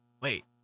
Wait